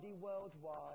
worldwide